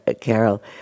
Carol